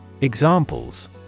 Examples